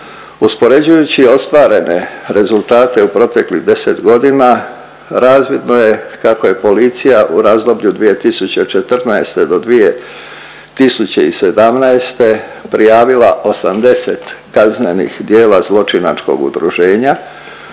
Uspoređujući ostvarene rezultate u proteklih 10 godina razvidno je kako je policija u razdoblju od 2014. do 2017., prijavila 80 kaznenih djela zločinačkog udruženja